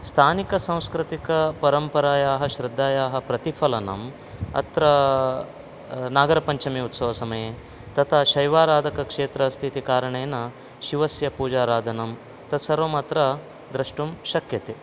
स्थानिकसांस्कृतिकपरम्पारायाः श्रद्धायाः प्रतिफलनम् अत्र नागपञ्चमी उत्सवसमये तथा शैवाराधकक्षेत्र अस्ति इति कारणेन शिवस्य पूजाराधनं तत्सर्वम् अत्र द्रष्टुं शक्यते